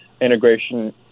integration